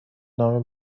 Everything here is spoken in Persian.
نامه